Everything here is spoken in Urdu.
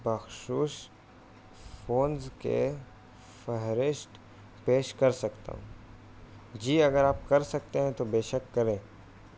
مخصوص فونز کے فہرست پیش کر سکتا ہوں جی اگر آپ کر سکتے ہیں تو بے شک کریں